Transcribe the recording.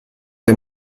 dei